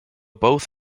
both